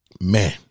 man